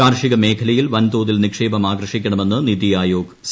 കാർഷിക മേഖലയിൽ വൻതോതിൽ നിക്ഷേപം ആകർഷിക്കണമെന്ന് നിതി ആയോഗ് സി